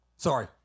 Sorry